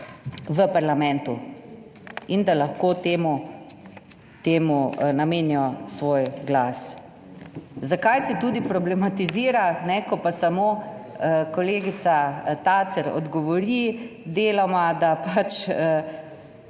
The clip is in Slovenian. v parlamentu, in da lahko temu temu namenijo svoj glas. Zakaj se tudi problematizira, ko pa samo kolegica Tacer odgovori deloma, da pač